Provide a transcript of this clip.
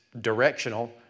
directional